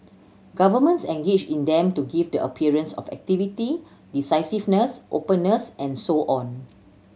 governments engage in them to give the appearance of activity decisiveness openness and so on